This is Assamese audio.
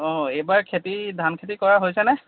অঁ এইবাৰ খেতি ধানখেতি কৰা হৈছেনে